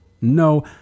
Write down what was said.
No